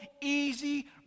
easy